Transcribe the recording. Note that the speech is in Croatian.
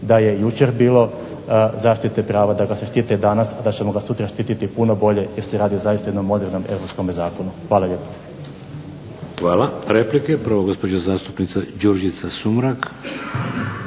da je jučer bilo zaštite prava, da ga se štiti i danas, a da ćemo ga sutra štititi puno bolje jer se radi zaista o jednom modernom europskom zakonu. Hvala lijepo. **Šeks, Vladimir (HDZ)** Hvala. Replike, prvo gospođa zastupnica Đurđica Sumrak.